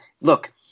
look